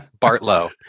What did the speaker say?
Bartlow